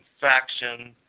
faction